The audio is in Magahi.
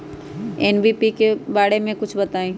एन.पी.के बारे म कुछ बताई?